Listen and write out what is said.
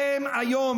אתם היום,